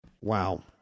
Wow